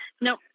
No